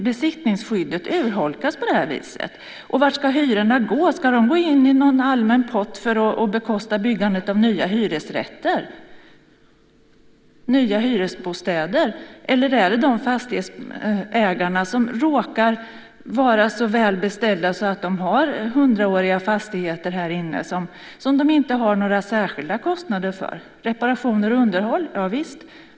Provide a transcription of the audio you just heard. Besittningsskyddet urholkas ju på det här viset. Och vart ska hyrorna gå? Ska de gå in i någon allmän pott för att bekosta byggandet av nya hyresrätter, nya hyresbostäder? Eller ska de gå till de fastighetsägare som råkar vara så välbeställda att de har hundraåriga fastigheter här inne i staden som de inte har några särskilda kostnader för? Reparationer och underhåll, javisst.